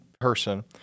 person